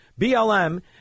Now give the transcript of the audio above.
BLM